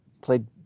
played